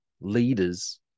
leaders